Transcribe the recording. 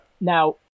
now